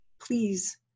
please